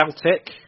Celtic